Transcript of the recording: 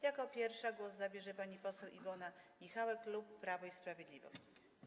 Jako pierwsza głos zabierze pani poseł Iwona Michałek, klub Prawo i Sprawiedliwość.